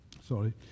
Sorry